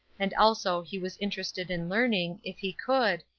and also he was interested in learning, if he could,